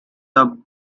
both